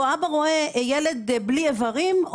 או אבא רואה ילד בלי איברים,